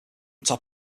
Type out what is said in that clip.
top